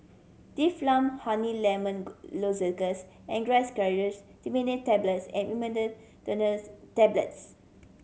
Difflam Honey Lemon Lozenges Angised Glyceryl Trinitrate Tablets and Imodium Tablets